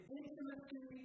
intimacy